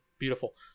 beautiful